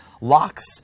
locks